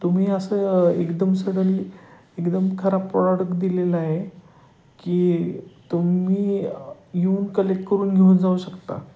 तुम्ही असं एकदम सडनली एकदम खराब प्रॉडक दिलेलं आहे की तुम्ही येऊन कलेक्ट करून घेऊन जाऊ शकता